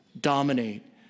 dominate